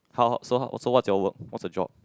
how how so how so what's your work what's your job